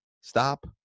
stop